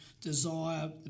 desire